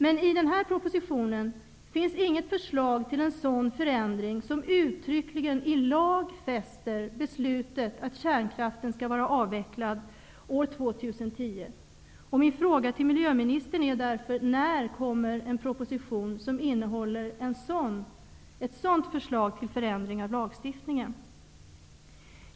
Men i den propositionen finns inget förslag att uttryckligen lagfästa beslutet att kärnkraften skall vara avvecklad år 2010. Min fråga till miljöministern är därför: När kommer en proposition som innehåller ett sådant förslag till förändring av lagstiftningen?